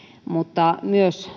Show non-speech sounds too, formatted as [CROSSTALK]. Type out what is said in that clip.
mutta myös [UNINTELLIGIBLE]